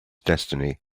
destiny